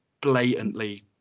blatantly